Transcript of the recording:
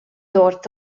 dort